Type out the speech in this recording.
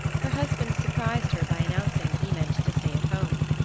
her husband surprised her by announcing that he meant to stay at home.